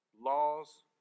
laws